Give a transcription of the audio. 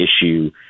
issue